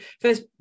first